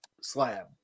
slab